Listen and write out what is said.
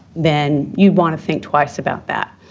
then you'd want to think twice about that.